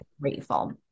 grateful